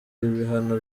ibihano